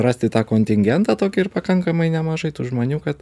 rasti tą kontingentą tokį ir pakankamai nemažai tų žmonių kad